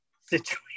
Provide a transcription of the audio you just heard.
Situation